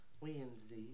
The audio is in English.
Wednesday